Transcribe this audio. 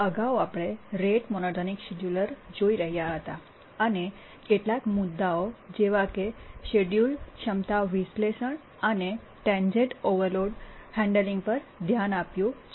અગાઉ આપણે rate monotonic scheduler જોઈ રહ્યા હતા અને કેટલાક મુદ્દાઓ જેવાકે શેડ્યૂલ ક્ષમતા વિશ્લેષણ અને ટેન્જેન્ટ ઓવરલોડ હેન્ડલિંગ પર ધ્યાન આપ્યું છે